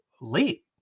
late